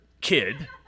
Kid